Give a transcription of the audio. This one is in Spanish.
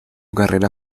carrera